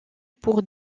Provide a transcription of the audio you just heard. pour